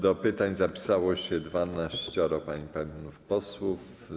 Do pytań zapisało się 12 pań i panów posłów.